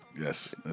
Yes